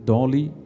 Dolly